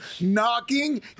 knocking